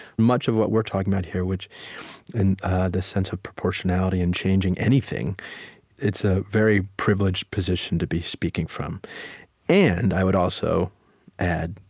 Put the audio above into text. much of what we're talking about here, which and this sense of proportionality and changing anything it's a very privileged position to be speaking from and, i would also add,